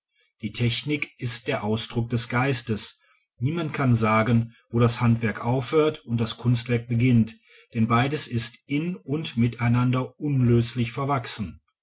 die technik ist der ausdruck des geistes niemand kann sagen wo das handwerk aufhört und das kunstwerk beginnt denn beides ist in und miteinander unlöslich verwachsen